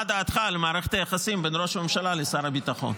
מה דעתך על מערכת היחסים בין ראש הממשלה לשר הביטחון.